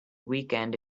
weekend